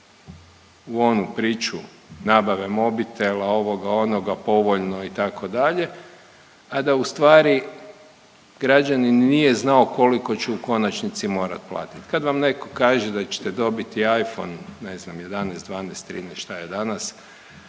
u onu priču nabave mobitela, ovoga onoga, povoljno itd., a da u stvari građanin nije znao koliko će u konačnici morati platiti. Kad vam netko kaže da ćete dobiti I phone, ne znam 11, 12, 13, šta je danas